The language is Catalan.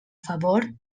favor